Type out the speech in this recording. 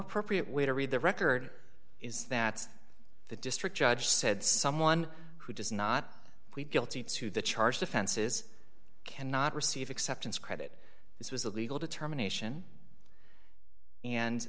appropriate way to read the record is that the district judge said someone who does not plead guilty to the charge defenses cannot receive acceptance credit this was a legal determination and